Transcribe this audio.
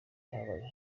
habayeho